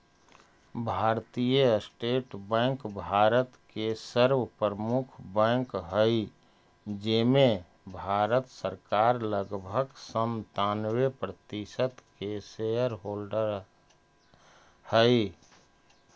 भारतीय state bank भारत के सर्व प्रमुख बैंक हइ जेमें भारत सरकार लगभग सन्तानबे प्रतिशत के शेयर होल्डर हइ